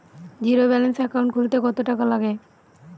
Zero balance account খুলতে কত টাকা লাগে?